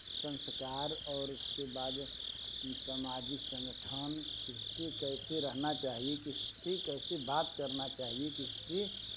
संस्कार और उसके बाद में सामाजिक संगठन किससे कैसे रहना चाहिए किससे कैसे बात करना चाहिए किससे